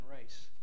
race